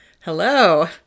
hello